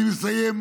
אני מסיים.